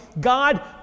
God